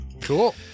Cool